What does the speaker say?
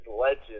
legend